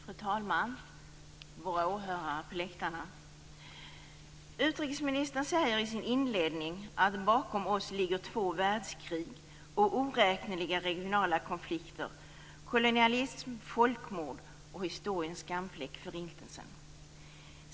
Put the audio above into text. Fru talman! Våra åhörare på läktarna! Utrikesministern säger i sin inledning att bakom oss ligger två världskrig och oräkneliga regionala konflikter, kolonialism, folkmord och historiens skamfläck - förintelsen.